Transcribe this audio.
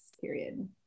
period